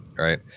Right